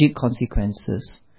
consequences